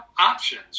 options